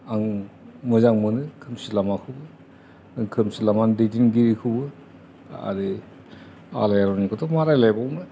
आं मोजां मोनो खोमसि लामाखौबो खोमसि लामा दैदेनगिरि खौबो आरो आलायारननि खौथ' मा रायलायबावनो